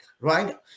right